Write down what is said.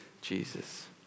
Jesus